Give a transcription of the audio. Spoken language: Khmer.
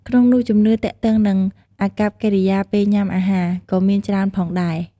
ក្នុងនោះ ជំនឿទាក់ទងនឹងអាកប្បកិរិយាពេលញ៉ាំអាហារ ក៏មានច្រើនផងដែរ។